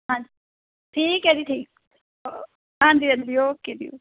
ਹਾਂ ਠੀਕ ਹੈ ਜੀ ਠੀਕ ਓ ਹਾਂਜੀ ਹਾਂਜੀ ਓਕੇ ਜੀ